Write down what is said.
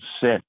set